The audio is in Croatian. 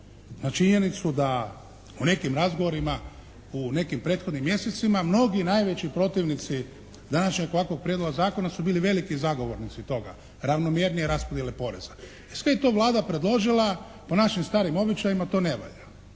na činjenicu da u nekim razgovorima u nekim prethodnim mjesecima mnogi najveći protivnici današnjeg ovakvog prijedloga zakona su bili veliki zagovornici toga, ravnomjernije raspodjele poreza. Sve je to Vlada predložila. Po našim starim običajima to ne valja.